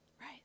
right